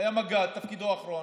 הוא היה מג"ד בתפקידו האחרון.